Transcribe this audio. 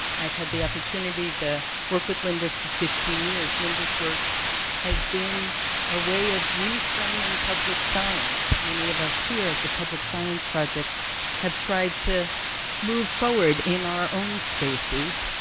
i've had the opportunity to work with linda for fifteen years. linda's work has been a way of reframing public science that many of us here at the public science project have tried to move forward in our own spaces,